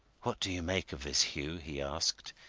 what do you make of this, hugh? he asked.